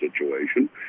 situation